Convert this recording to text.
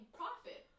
profit